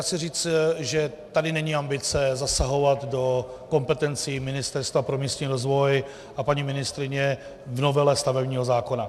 Chci říct, že tady není ambice zasahovat do kompetencí Ministerstva pro místní rozvoj a paní ministryně v novele stavebního zákona.